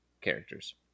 characters